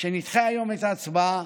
שנדחה היום את ההצבעה,